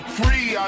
free